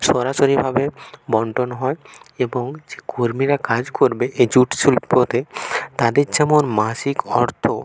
সরাসরিভাবে বন্টন হয় এবং যে কর্মীরা কাজ করবে এই জুট শিল্পতে তাদের যেমন মাসিক অর্থ